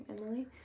Emily